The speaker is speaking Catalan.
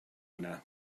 anar